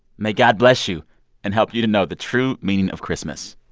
may god bless you and help you to know the true meaning of christmas.